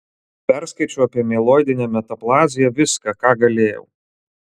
perskaičiau apie mieloidinę metaplaziją viską ką galėjau